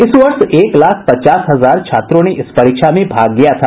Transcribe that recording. इस वर्ष एक लाख पचास हजार छात्रों ने इस परीक्षा में भाग लिया था